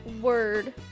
word